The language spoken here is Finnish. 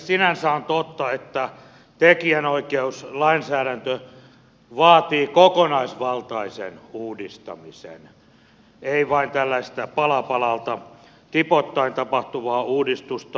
sinänsä on totta että tekijänoikeuslainsäädäntö vaatii kokonaisvaltaisen uudistamisen ei vain tällaista pala palalta tipoittain tapahtuvaa uudistusta